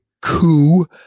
coup